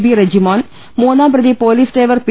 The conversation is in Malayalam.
ബി റജിമോൻ മൂന്നാംപ്രതി പൊലീസ് ഡ്രൈവർ പി